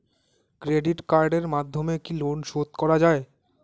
Credit কার্ডের মাধ্যমে কি লোন শোধ করা যায়?